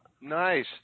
Nice